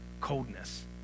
coldness